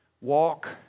walk